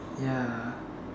ya